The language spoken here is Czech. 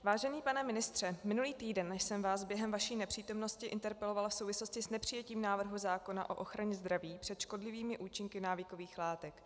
Vážený pane ministře, minulý týden jsem vás během vaší nepřítomnosti interpelovala v souvislosti s nepřijetím návrhu zákona o ochraně zdraví před škodlivými účinky návykových látek.